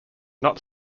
not